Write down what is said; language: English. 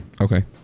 Okay